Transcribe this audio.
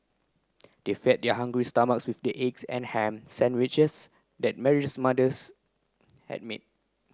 they fed their hungry stomachs with the egg and ham sandwiches that Mary's mother had made